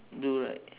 blue right